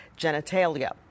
genitalia